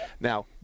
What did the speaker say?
now